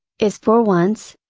is for once,